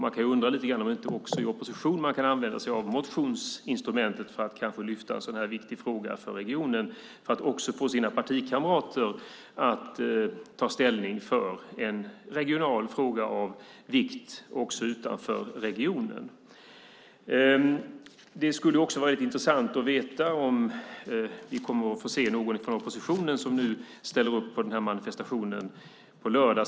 Man kan undra lite grann om man inte skulle använda sig av motionsinstrumentet också i opposition för att lyfta fram en sådan här viktig fråga för regionen. På så sätt kan man också få sina partikamrater att ta ställning för en regional fråga av vikt också utanför regionen. Det skulle också ha varit intressant att veta om vi kommer att få se någon från oppositionen som ställer upp på manifestationen på lördag.